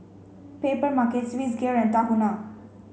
Papermarket Swissgear and Tahuna